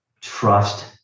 trust